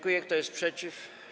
Kto jest przeciw?